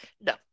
no